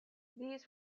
these